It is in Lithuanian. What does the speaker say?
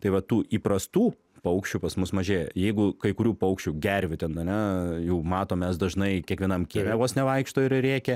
tai va tų įprastų paukščių pas mus mažėja jeigu kai kurių paukščių gervių ten ane jau matom mes dažnai kiekvienam kieme vos ne vaikšto ir rėkia